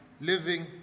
living